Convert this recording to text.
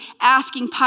asking